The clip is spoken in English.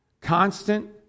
constant